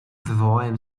wywołałem